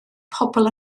pobl